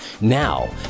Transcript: Now